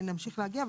נמשיך להגיע.